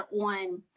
on